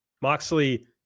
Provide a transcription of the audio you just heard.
Moxley